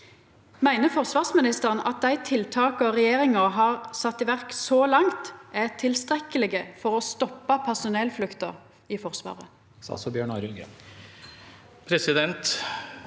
Meiner forsvarsministeren at dei tiltaka regjeringa har sett i verk så langt, er tilstrekkelege for å stoppa personellflukta i Forsvaret?